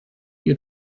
you